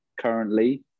currently